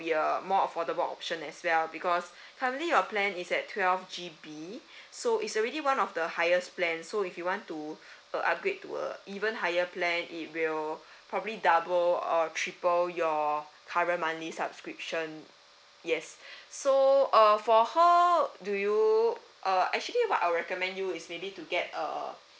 a more affordable option as well because currently your plan is at twelve G_B so it's already one of the highest plan so if you want to uh upgrade to a even higher plan it will probably double or triple your current monthly subscription yes so uh for do you uh actually what I'll recommend you is maybe to get a